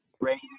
ready